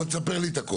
תספר לי הכול.